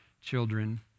children